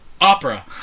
Opera